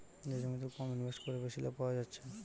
যে জমিতে কম ইনভেস্ট কোরে বেশি লাভ পায়া যাচ্ছে